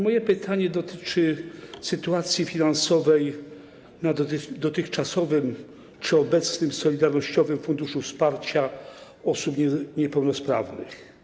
Moje pytanie dotyczy sytuacji finansowej w dotychczasowym czy obecnym Solidarnościowym Funduszu Wsparcia Osób Niepełnosprawnych.